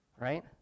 right